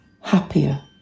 happier